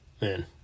man